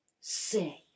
Say